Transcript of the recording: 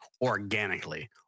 organically